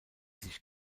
sich